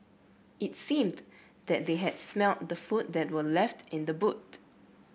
it seemed that they had smelt the food that were left in the boot